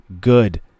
good